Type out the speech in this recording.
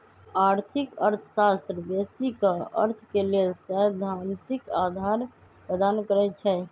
आर्थिक अर्थशास्त्र बेशी क अर्थ के लेल सैद्धांतिक अधार प्रदान करई छै